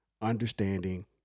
understanding